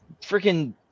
freaking